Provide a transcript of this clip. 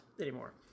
anymore